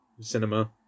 cinema